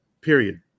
period